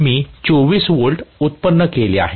मी 24V उत्पन्न केले आहे